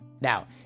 Now